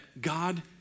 God